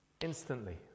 Instantly